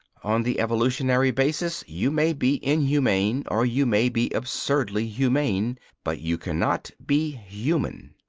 on the evolutionary basis you may be inhumane, or you may be absurdly humane but you cannot be human.